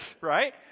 right